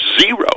zero